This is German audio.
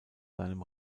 seinem